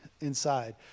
inside